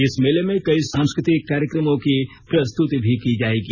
इस मेले में कई सांस्कृतिक कार्यक्रमों की प्रस्तृति भी की जाएगी